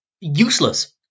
useless